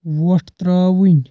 وۄٹھ ترٛاوٕنۍ